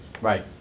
Right